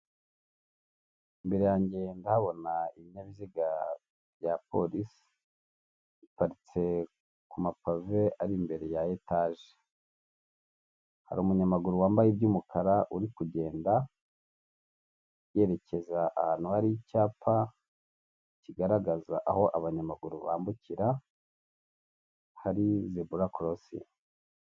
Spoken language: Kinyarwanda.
Imbere yanjye ndahabona ibinyabiziga bya polisi biparitse ku mapave ari imbere ya etage, hari umunyamaguru wambaye iby'umukara uri kugenda yerekeza ahantu hari icyapa kigaragaza aho abanyamaguru bambukira hari zebura korosingi.